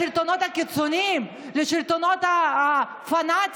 זה מתאים לשלטונות הקיצוניים, לשלטונות הפנאטיים.